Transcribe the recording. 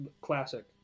classic